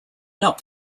not